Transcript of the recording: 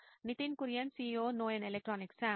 Nitin Kurian COO నోయిన్ electronics Sam